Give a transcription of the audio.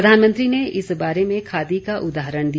प्रधानमंत्री ने इस बारे में खादी का उदाहरण दिया